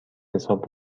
حساب